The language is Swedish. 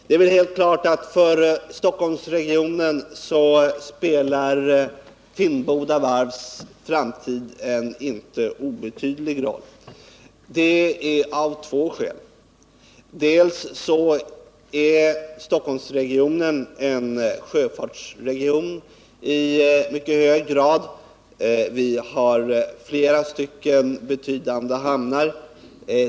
Det är väl helt klart att Finnboda varvs framtid spelar en inte obetydlig roll för Stockholmsregionen, och det finns två skäl till detta. För det första är Stockholmsregionen i mycket hög grad en sjöfartsregion. Vi har flera betydande hamnar.